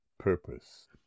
Purpose